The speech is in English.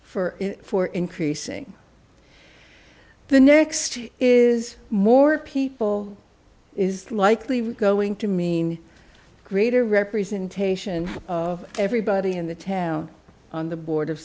for for increasing the next is more people is likely going to mean greater representation of everybody in the town on the board of